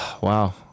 Wow